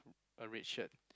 a red shirt